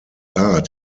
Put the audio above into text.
art